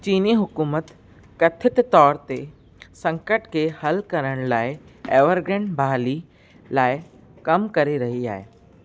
चीनी हुक़ूमत कथित तौर ते संकट खे हल करण लाइ एवरग्रेंड बहाली लाइ कम करे रही आहे